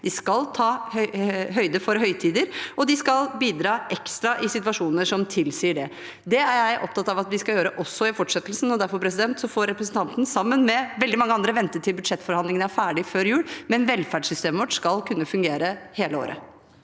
De skal ta høyde for høytider, og de skal bidra ekstra i situasjoner som tilsier det. Det er jeg opptatt av at vi skal gjøre også i fortsettelsen. Derfor får representanten sammen med veldig mange andre vente til budsjettforhandlingene er ferdig før jul, men velferdssystemet vårt skal kunne fungere hele året.